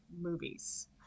movies